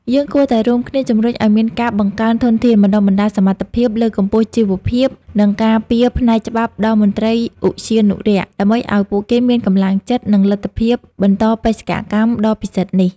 យើងគួរតែរួមគ្នាជំរុញឲ្យមានការបង្កើនធនធាន បណ្តុះបណ្តាលសមត្ថភាព លើកកម្ពស់ជីវភាព និងការពារផ្នែកច្បាប់ដល់មន្ត្រីឧទ្យានុរក្ស ដើម្បីឲ្យពួកគេមានកម្លាំងចិត្ត និងលទ្ធភាពបន្តបេសកកម្មដ៏ពិសិដ្ឋនេះ។